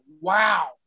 Wow